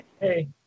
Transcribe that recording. hey